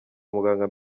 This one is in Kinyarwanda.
muganga